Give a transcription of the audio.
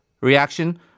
reaction